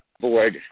board